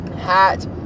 hat